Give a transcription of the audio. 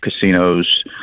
casinos